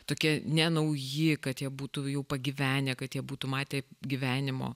tokie ne nauji kad jie būtų jau pagyvenę kad jie būtų matę gyvenimo